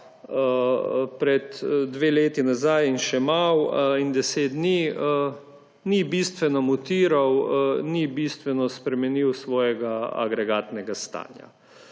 pred dvema letoma in še malo, 10 dni, ni bistveno mutiral, ni bistveno spremenil svojega agregatnega stanja.